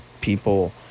people